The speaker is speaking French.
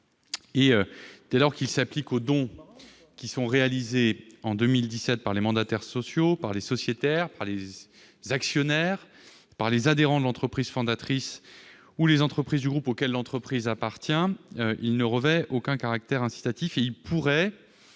Dès lors qu'il s'applique aux dons réalisés en 2017 par les mandataires sociaux, les sociétaires, les actionnaires, les adhérents de l'entreprise fondatrice ou les entreprises du groupe auquel l'entreprise appartient, il ne revêt aucun caractère incitatif. Il pourrait